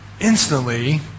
Instantly